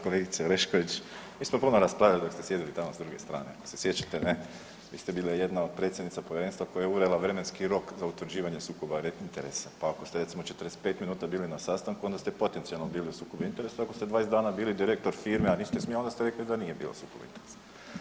Kolegice Orešković, mi smo puno raspravljali dok ste sjedili tamo s druge strane, se sjećate ne, vi ste bila jedna od predsjednica povjerenstva koja je uvela vremenski rok za utvrđivanje sukoba interesa, pa ako ste recimo 45 minuta bili na sastanku onda ste potencijalno bili u sukobu interesa, ako ste 20 dana bili direktor firme, a niste smjeli onda ste rekli da nije bio sukob interesa.